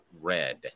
red